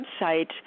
website